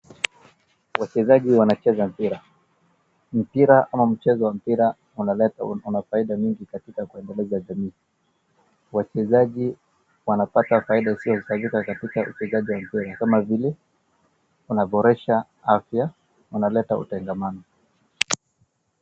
Wachezaji wanacheza mpira. Mpira ama mchezo wa mpira una faida mingi katika kuendeleza jamii. Wachezaji wanapata faida isiyohesabika katika uchezaji wa mpira kama vile wanaboresha afya , unaleta utengamano.